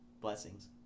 Blessings